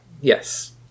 Yes